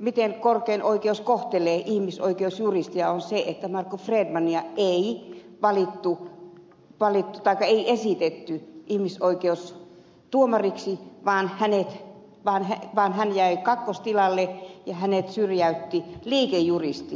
miten korkein oikeus kohtelee ihmisoikeusjuristia on se että markku fredmania ei esitetty ihmisoikeustuomariksi vaan hän jäi kakkostilalle ja hänet syrjäytti liikejuristi liikejuristi